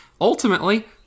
ultimately